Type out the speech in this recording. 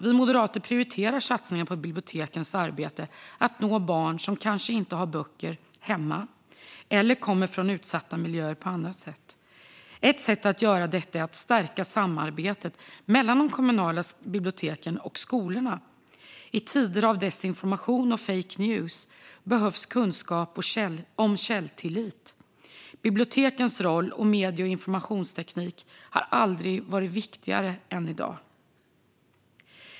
Vi moderater prioriterar satsningen på bibliotekens arbete med att nå barn som kanske inte har böcker hemma eller kommer från på annat sätt utsatta miljöer. Ett sätt att göra detta är att stärka samarbetet mellan de kommunala biblioteken och skolorna. I tider av desinformation och fake news behövs kunskap om källtillit. Biblioteken och medie och informationstekniken har aldrig varit viktigare än i dag.